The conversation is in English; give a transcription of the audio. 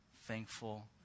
thankful